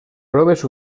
proves